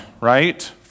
right